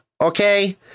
okay